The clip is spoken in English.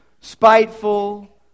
Spiteful